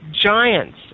giants